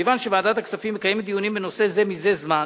כיוון שוועדת הכספים מקיימת דיונים בנושא זה מזה זמן,